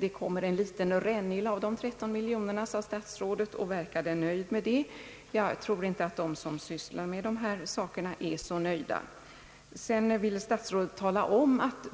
Det kommer en liten rännil hit av de 13 miljonerna, sade statsrådet och verkade nöjd med det. Jag tror inte att de som sysslar med arbetet är så nöjda. Sedan ville statsrådet tala om att